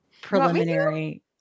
preliminary